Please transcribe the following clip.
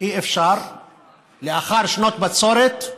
לאחר שנות בצורת,